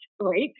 right